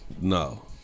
No